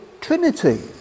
Trinity